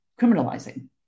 criminalizing